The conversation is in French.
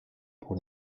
pour